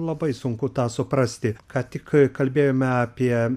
labai sunku tą suprasti ką tik kalbėjome apie